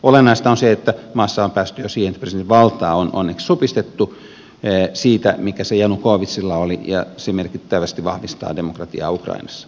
olennaista on se että maassa on päästy jo siihen että presidentin valtaa on onneksi supistettu siitä mikä se janukovytsilla oli mikä merkittävästi vahvistaa demokratiaa ukrainassa